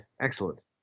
Excellent